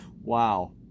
Wow